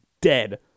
dead